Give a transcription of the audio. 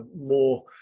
more